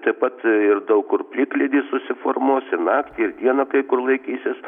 taip pat ir daug kur plikledis susiformuos ir naktį ir dieną kai kur laikysis